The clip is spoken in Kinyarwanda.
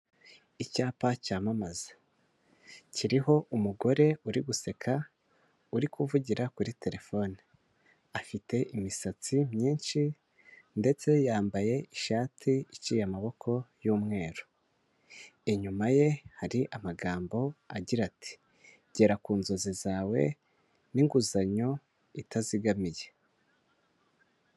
Icyapa cyamamaza kiriho umugore uri guseka uri kuvugira kuri telefone, afite imisatsi myinshi ndetse yambaye ishati iciye amaboko y'umweru, inyuma ye hari amagambo agira ati "gera ku nzozi zawe n'inguzanyo itazigamiye".